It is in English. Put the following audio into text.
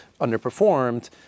underperformed